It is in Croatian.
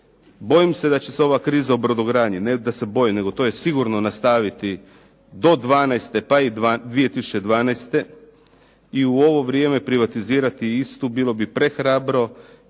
Bojim se da će se ova kriza u brodogradnji, ne da se bojim nego to je sigurno nastaviti do dvanaeste, pa i 2012. i u ovo vrijeme privatizirati istu bilo bi prehrabro